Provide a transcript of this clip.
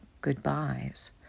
goodbyes